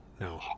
no